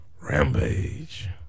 Rampage